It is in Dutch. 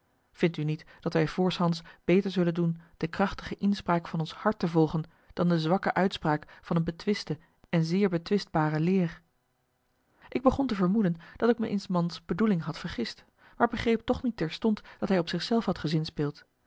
vindt u niet dat wij voorshands beter zullen doen de krachtige inspraak van ons hart te volgen dan de zwakke uitspraak van een betwiste en zeer betwistbare leer ik begon te vermoeden dat ik me in s mans bedoeling had vergist maar begreep toch niet terstond dat hij op zich zelf had